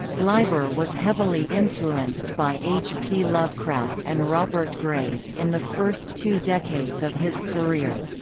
leiber was heavily influenced by h. p. lovecraft and robert graves in the first two decades of his career.